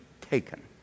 taken